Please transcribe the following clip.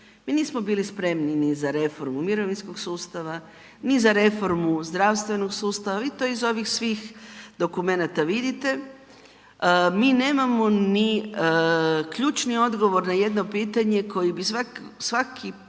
mi nismo bili spremni ni za reformu mirovinskog sustava, ni za reformu zdravstvenog sustava, vi to iz ovih svih dokumenata vidite, mi nemamo ni ključni odgovor na jedno pitanje koji bi svak, svaki